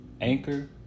Anchor